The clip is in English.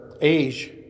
age